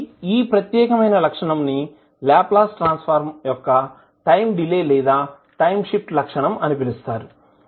కాబట్టి ఈ ప్రత్యేకమైన లక్షణం ని లాప్లాస్ ట్రాన్సఫర్మ్ యొక్క టైం డిలే లేదా టైం షిఫ్ట్ లక్షణం అని పిలుస్తారు